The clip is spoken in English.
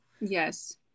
Yes